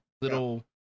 little